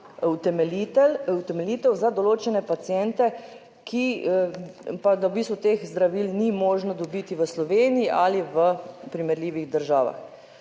utemeljitev za določene paciente, ki pa da v bistvu teh zdravil ni možno dobiti v Sloveniji ali v primerljivih državah.